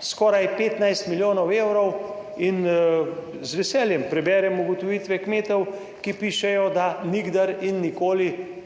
Skoraj 15 milijonov evrov in z veseljem preberem ugotovitve kmetov, ki pišejo, da nikdar in nikoli ta